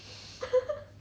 haha